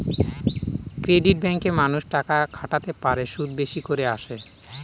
credit ব্যাঙ্কে মানুষ টাকা খাটাতে পারে, সুদ বেশি করে আসে